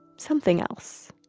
something else,